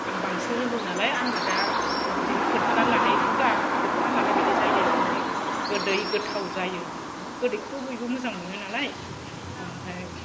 आं बांसिन रोंगौ नालाय आङो दा बिदिनो खोनथाना लानाय दुगा खोनथानानै लानाय बादि जायो आरो मानि गोदै गोथाव जायो होनानै गोदैखौथ' बयबो मोजां मोनो नालाय आमफ्राय